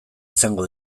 izango